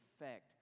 effect